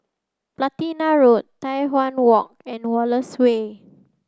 Platina Road Tai Hwan Walk and Wallace Way